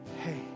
hey